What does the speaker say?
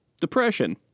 Depression